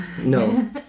No